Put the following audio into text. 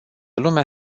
lumea